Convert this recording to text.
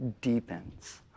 deepens